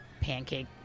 pancake